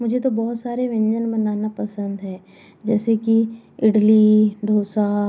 मुझे तो बहुत सारे व्यंजन बनाना पसंद है जैसे कि इडली दोसा